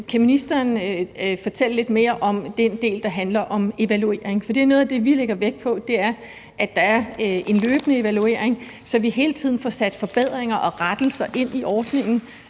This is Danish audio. Kan ministeren fortælle lidt mere om den del, der handler om evaluering, for noget af det, vi lægger vægt på, er, at der er en løbende evaluering, så vi hele tiden får sat forbedringer og rettelser ind til